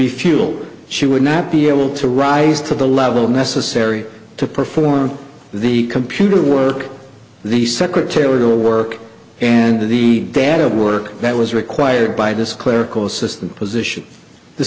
be futile she would not be able to rise to the level necessary to perform the computer work the secretarial work and the data work that was required by this clerical assistant position th